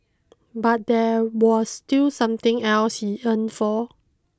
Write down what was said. but there was still something else he yearned for